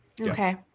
Okay